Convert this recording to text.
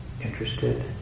interested